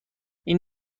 این